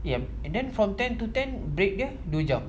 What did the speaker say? eh uh and then from ten to ten break eh dua jam